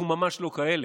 אנחנו ממש לא כאלה.